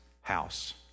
house